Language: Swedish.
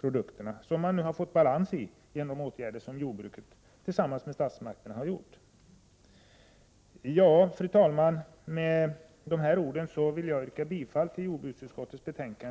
produkter, eftersom man nu har fått balans i fråga om dessa, genom åtgärder som jordbruket tillsammans med statsmakterna har vidtagit. Fru talman! Med det anförda vill jag yrka bifall till utskottets hemställan.